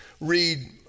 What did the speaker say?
read